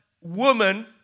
woman